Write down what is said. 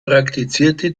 praktizierte